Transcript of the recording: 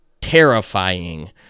terrifying